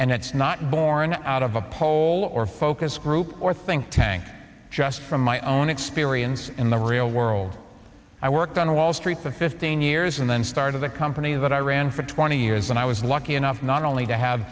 and it's not born out of a poll or focus group or think tank just from my own experience in the real world i worked on wall street the fifteen years and then started the company that i ran for twenty years and i was lucky enough not only to have